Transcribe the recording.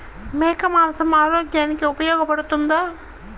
మేక మాంసం ఆరోగ్యానికి ఉపయోగపడుతుందా?